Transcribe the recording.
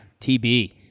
tb